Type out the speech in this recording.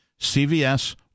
CVS